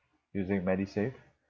using medisave